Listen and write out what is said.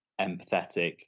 empathetic